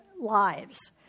lives